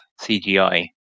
CGI